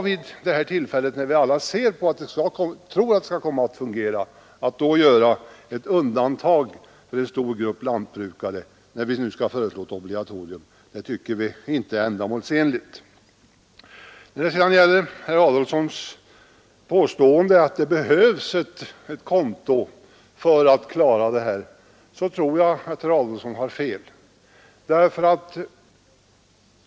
Vi tycker inte det är ändamålsenligt att i dag göra undantag för en stor grupp lantbrukare, när vi föreslår ett obligatorium som vi tror kommer att fungera. Sedan sade herr Adolfsson att det behövs ett konto för att klara konsolideringen, men då tror jag att han har fel.